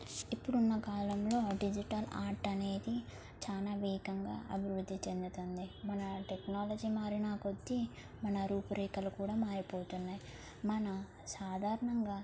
ఇప్పుడున్న కాలంలో digital art అనేది చాలా వేగంగా అభివృద్ధి చెందుతుంది మన టెక్నాలజీ మారిన కొద్ది మన రూపురేఖలు కూడా మారిపోతున్నాయి మనం సాధారణంగా